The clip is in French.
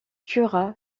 tuera